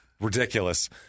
Ridiculous